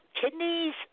kidneys